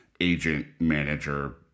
agent-manager